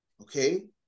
okay